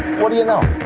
what do you know?